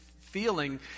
feeling